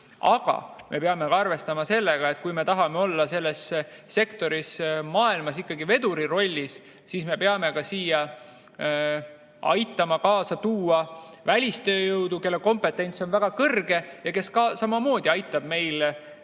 Aga me peame arvestama ka sellega, et kui me tahame olla selles sektoris maailmas ikkagi veduri rollis, siis me peame aitama ka siia tuua välistööjõudu, kelle kompetents on väga suur ja kes samamoodi aitab meil seda